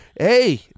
Hey